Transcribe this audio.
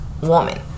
woman